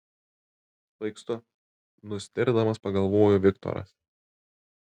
svaigstu nustėrdamas pagalvojo viktoras